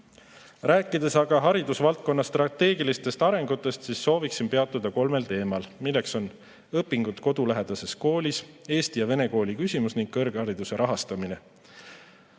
Rääkides aga haridusvaldkonna strateegilistest arengutest, sooviksin peatuda kolmel teemal, milleks on õpingud kodulähedases koolis, eesti ja vene kooli küsimus ning kõrghariduse rahastamine.